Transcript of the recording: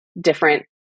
different